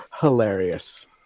Hilarious